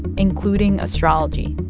including astrology.